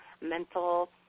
mental